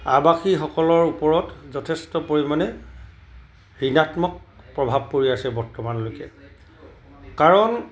আৱাসীসকলৰ ওপৰত যথেষ্ট পৰিমাণে ঋণাত্মক প্ৰভাৱ পৰি আছে বৰ্তমানলৈকে কাৰণ